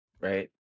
Right